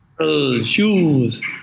shoes